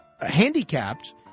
handicapped